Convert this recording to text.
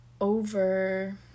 over